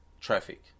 traffic